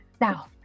now